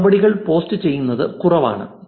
മറുപടികൾ പോസ്റ്റുചെയ്യുന്നത് കുറവാണ്